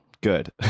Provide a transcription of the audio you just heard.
good